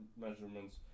measurements